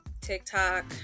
TikTok